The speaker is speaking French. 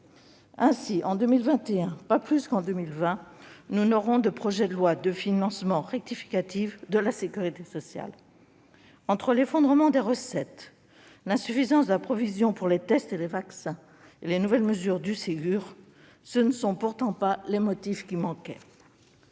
Ainsi, en 2021 pas plus qu'en 2020, nous n'aurons de projet de loi de financement rectificative de la sécurité sociale. Entre l'effondrement des recettes, l'insuffisance de la provision pour les tests comme pour les vaccins et les nouvelles mesures du Ségur, ce ne sont pourtant pas les motifs qui manquaient.